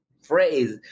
phrase